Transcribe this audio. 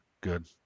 Good